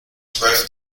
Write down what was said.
zwölf